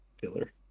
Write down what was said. filler